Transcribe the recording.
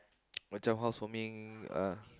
macam house warming ah